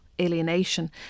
alienation